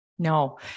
No